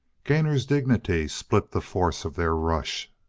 gainor's dignity split the force of their rush.